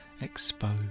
exposed